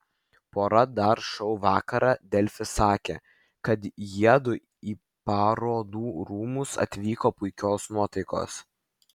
pora dar šou vakarą delfi sakė kad jiedu į parodų rūmus atvyko puikios nuotaikos